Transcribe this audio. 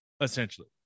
essentially